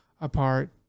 apart